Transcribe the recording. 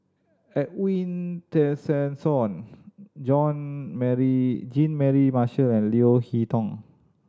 Edwin Tessensohn John Mary Jean Mary Marshall and Leo Hee Tong